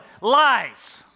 lies